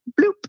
bloop